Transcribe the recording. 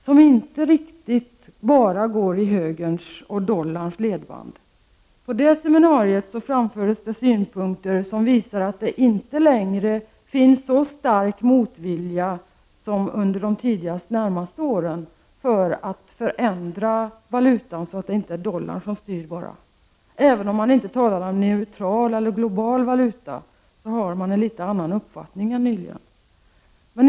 Det finns tongångar som inte bara går i högerns och dollarns ledband. På det seminariet framfördes synpunkter som visar att det inte längre finns så stark motvilja som under de närmast föregående åren mot att förändra valutan, så att det inte bara är dollarn som styr. Även om man inte talar om en neutral eller global valuta, har man en något annorlunda uppfattning än man hade helt nyligen.